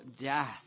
death